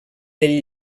del